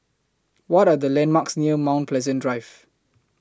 What Are The landmarks near Mount Pleasant Drive